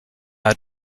had